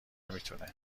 میتونه